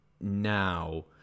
now